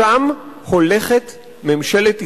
לשם הולכת ממשלת ישראל.